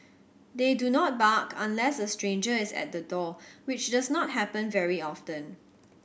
they do not bark unless a stranger is at the door which does not happen very often